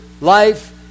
life